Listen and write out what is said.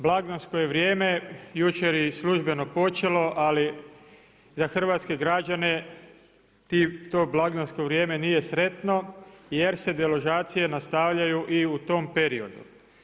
Blagdansko je vrijeme jučer i službeno počelo, ali za hrvatske građane to blagdansko vrijeme nije sretno jer se deložacije nastavljaju i u tom periodu.